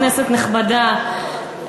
כנסת נכבדה,